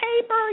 paper